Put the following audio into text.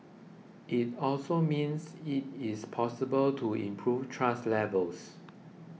it also means it is possible to improve trust levels